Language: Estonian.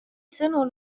sõnul